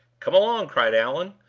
come along! cried allan,